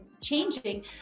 changing